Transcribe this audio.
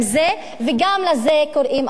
ולזה גם קוראים אפרטהייד,